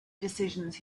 decisions